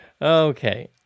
Okay